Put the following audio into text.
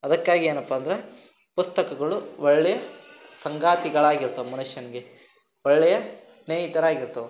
ಅದಕ್ಕಾಗಿ ಏನಪ್ಪ ಅಂದ್ರೆ ಪುಸ್ತಕಗಳು ಒಳ್ಳೆಯ ಸಂಗಾತಿಗಳಾಗಿರ್ತಾವೆ ಮನುಷ್ಯನಿಗೆ ಒಳ್ಳೆಯ ಸ್ನೇಹಿತರಾಗಿರ್ತಾವೆ